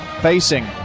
facing